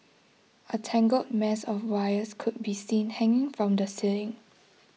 a tangled mess of wires could be seen hanging from the ceiling